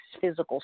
physical